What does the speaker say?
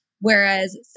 Whereas